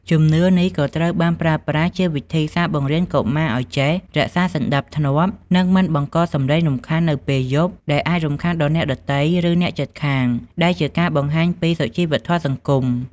ជំនឿនេះក៏ត្រូវបានប្រើប្រាស់ជាវិធីសាស្ត្របង្រៀនកុមារឲ្យចេះ រក្សាសណ្ដាប់ធ្នាប់ និងមិនបង្កសំឡេងរំខាននៅពេលយប់ដែលអាចរំខានដល់អ្នកដទៃ ឬអ្នកជិតខាង ដែលជាការបង្ហាញពីសុជីវធម៌សង្គម។